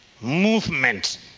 movement